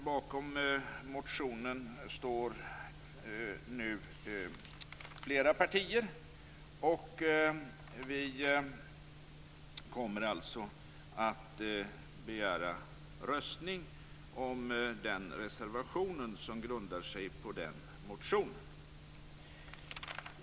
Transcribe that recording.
Bakom den motionen står nu flera partier. Vi kommer alltså att begära omröstning om den reservation som grundar sig på denna motion.